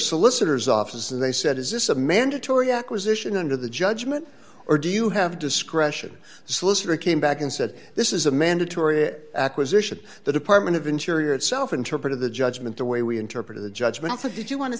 solicitor's office and they said is this a mandatory acquisition into the judgment or do you have discretion solicitor came back and said this is a mandatory acquisition the department of interior itself interpreted the judgment the way we interpreted the judgment so did you want to